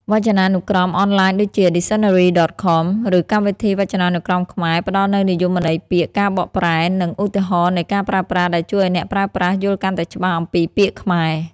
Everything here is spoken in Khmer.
វចនានុក្រមអនឡាញដូចជា ឌីកសិនណារី ដត ខម ឬកម្មវិធីវចនានុក្រមខ្មែរ ផ្តល់នូវនិយមន័យពាក្យ ការបកប្រែ និងឧទាហរណ៍នៃការប្រើប្រាស់ ដែលជួយឱ្យអ្នកប្រើប្រាស់យល់កាន់តែច្បាស់អំពីពាក្យខ្មែរ។